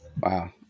Wow